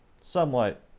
somewhat